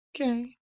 Okay